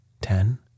Ten